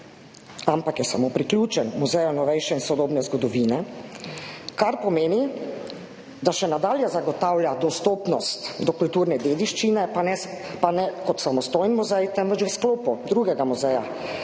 Ampak je samo priključen Muzeju novejše in sodobne zgodovine, kar pomeni, da še nadalje zagotavlja dostopnost do kulturne dediščine, pa ne kot samostojni muzej, temveč v sklopu drugega muzeja.